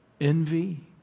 Envy